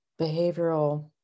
behavioral